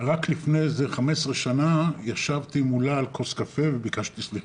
רק לפני כ-15 שנים ישבתי מולה על כוס קפה וביקשתי סליחה,